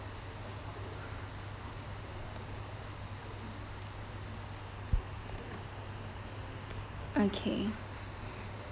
okay